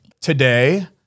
Today